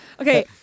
Okay